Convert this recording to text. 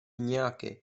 nějaké